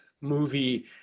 movie